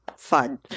fun